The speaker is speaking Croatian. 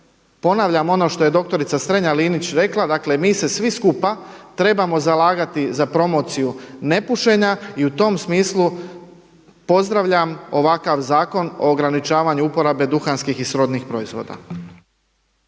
Ponavljam ono što je doktorica Strenja-Linić rekla, dakle mi se svi skupa trebamo zalagati za promociju nepušenja i u tom smislu pozdravljam ovakav Zakon o ograničavanju uporabe duhanskih i srodnih proizvoda.